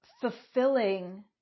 fulfilling